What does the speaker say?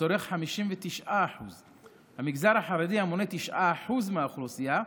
צורך 59%. המגזר החרדי, המונה 9% מהאוכלוסייה,